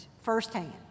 firsthand